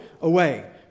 away